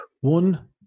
One